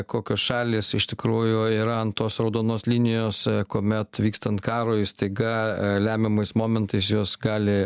kokios šalys iš tikrųjų yra ant tos raudonos linijos kuomet vykstant karui staiga lemiamais momentais jos gali